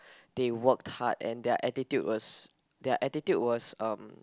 they worked hard and their attitude was their attitude was um